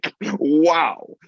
wow